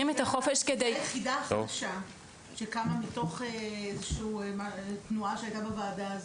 יש יחידה חדשה שקמה מתוך איזשהו תנועה שהייתה בוועדה הזו,